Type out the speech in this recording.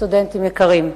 סטודנטים יקרים,